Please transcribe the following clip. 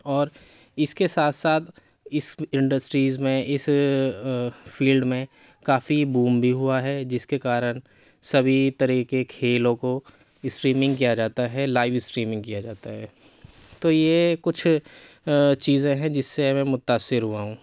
اور اِس کے ساتھ ساتھ اِس انڈسٹریز میں اِس فیلڈ میں کافی بوم بھی ہُوا ہے جس کے کارن سبھی طرح کے کھیلوں کو اسٹریمنگ کیا جاتا ہے لائو اسٹریمنگ کیا جاتا ہے تو یہ کچھ چیزیں ہیں جس سے میں متاثر ہُوا ہوں